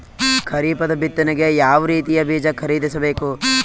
ಖರೀಪದ ಬಿತ್ತನೆಗೆ ಯಾವ್ ರೀತಿಯ ಬೀಜ ಖರೀದಿಸ ಬೇಕು?